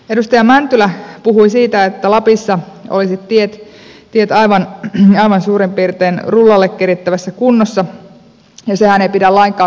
edustaja mäntylä puhui siitä että lapissa olisivat tiet aivan suurin piirtein rullalle kerittävässä kunnossa ja sehän ei pidä lainkaan paikkaansa